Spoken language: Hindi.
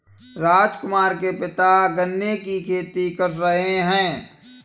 राजकुमार के पिता गन्ने की खेती कर रहे हैं